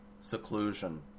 seclusion